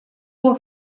hubo